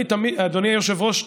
אדוני היושב-ראש,